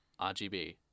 RGB